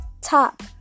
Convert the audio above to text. top